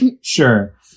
sure